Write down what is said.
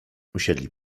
usiedli